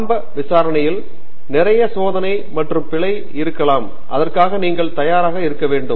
ஆரம்ப விசாரணையில் நிறைய சோதனை மற்றும் பிழை இருக்கலாம் அதற்காக நீங்கள் தயாராக இருக்க வேண்டும்